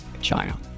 China